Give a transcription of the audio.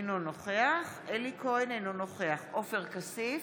אינו נוכח אלי כהן, אינו נוכח עופר כסיף,